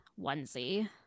onesie